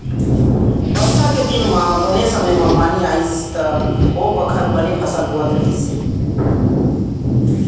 बरसा के दिन म बने समे म पानी आइस त ओ बखत बने फसल होवत रहिस हे